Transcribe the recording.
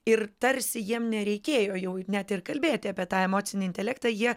ir tarsi jiem nereikėjo jau net ir kalbėti apie tą emocinį intelektą jie